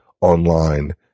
online